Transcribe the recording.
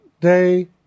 day